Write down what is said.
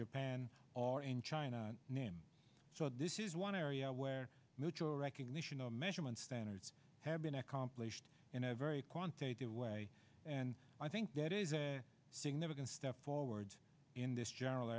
japan or in china name so this is one area where mutual recognition of measurement standards have been accomplished in a very quantitative way and i think that is a significant step forward in this general